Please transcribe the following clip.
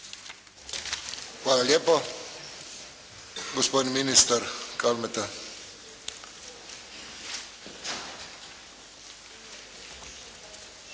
Hvala lijepo. Gospodin ministar Kalmeta.